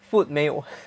food 没有